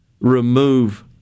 remove